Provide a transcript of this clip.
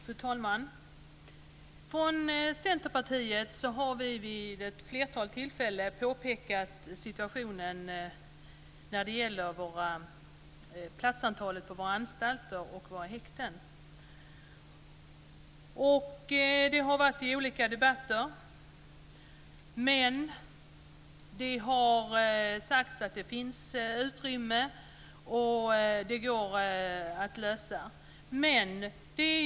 Fru talman! Från Centerpartiet har vi vid ett flertal tillfällen påpekat situationen när det gäller platsantalet på våra anstalter och häkten. Det har varit uppe i olika debatter. Det har sagts att det finns utrymme och att det går att lösa detta.